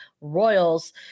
Royals